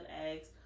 eggs